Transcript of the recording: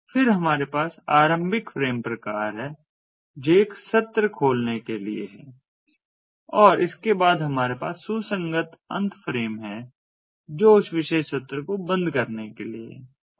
फिर हमारे पास आरंभिक फ्रेम प्रकार है जो एक सत्र खोलने के लिए है और इसके बाद हमारे पास सुसंगत अंत फ्रेम है जो उस विशेष सत्र को बंद करने के लिए है